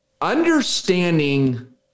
understanding